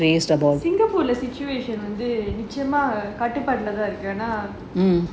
singapore the situation வந்து நிச்சயமா கட்டுப்பாட்டுல தான் இருக்கு ஆனா:vanthu nichayamaa kattupaatulathaan iruku aana